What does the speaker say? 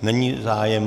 Není zájem.